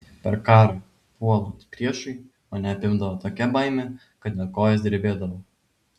per karą puolant priešui mane apimdavo tokia baimė kad net kojos drebėdavo